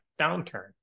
downturn